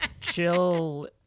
Chill